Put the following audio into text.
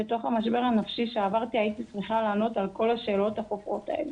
בתוך המשבר הנפשי שעברתי הייתי צריכה לענות על כל השאלות החופרות האלה.